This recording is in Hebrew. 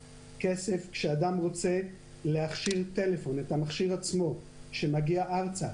כשאדם רוצה להכשיר את המכשיר עצמו כשהוא מגיע ארצה,